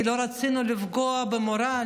כי לא רצינו לפגוע במורל,